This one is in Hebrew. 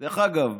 דרך אגב,